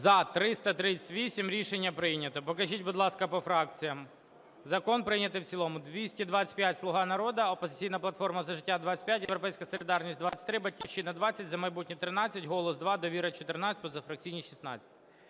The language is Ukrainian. За-338 Рішення прийнято. Покажіть, будь ласка, по фракціям. Закон прийнятий в цілому. 225 – "Слуга народу", "Опозиційна платформа – За життя" – 25, "Європейська солідарність" – 23, "Батьківщина" – 20, "За майбутнє" – 13, "Голос" – 2, "Довіра" – 14, позафракційні – 16.